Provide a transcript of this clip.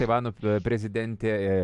taivano prezidentė